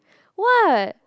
what